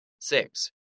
Six